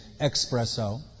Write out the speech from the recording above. espresso